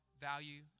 value